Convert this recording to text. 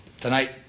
Tonight